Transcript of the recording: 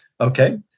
Okay